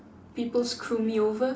people screw me over